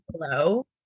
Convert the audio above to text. hello